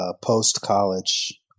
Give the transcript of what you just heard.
post-college